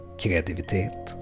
kreativitet